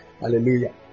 Hallelujah